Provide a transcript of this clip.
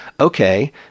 okay